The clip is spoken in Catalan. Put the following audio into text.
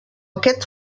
aquest